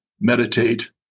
meditate